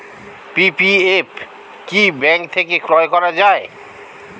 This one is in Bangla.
পি.পি.এফ কি ব্যাংক থেকে ক্রয় করা যায়?